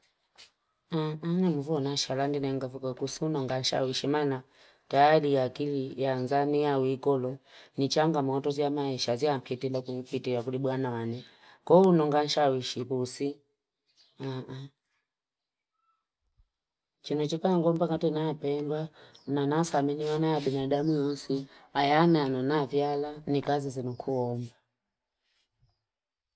Ina mvu nashalange nangakusonanga shawishi nana tayari akili yanzania wikolo nichangamoto za maisha zampitila kufiti kuli bwananana kounonga nsahwishi kusii ah ah, chime chipangu mpaka tenapendwa nanasasimiana binadamu wonsii ayanafe awa nikazili kuomba.